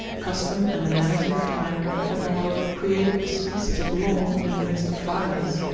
custom, and the manners of the time, had moreover created a species of law in the midst of violence,